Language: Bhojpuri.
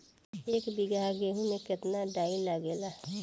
एक बीगहा गेहूं में केतना डाई लागेला?